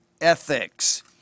ethics